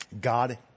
God